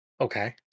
Okay